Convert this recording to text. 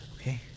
okay